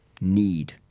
need